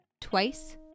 twice